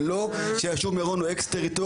זה לא שהיישוב מירון הוא אקס-טריטוריה